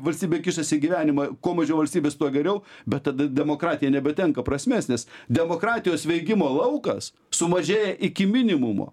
valstybė kišasi į gyvenimą kuo mažiau valstybės tuo geriau bet tada demokratija nebetenka prasmės nes demokratijos veikimo laukas sumažėja iki minimumo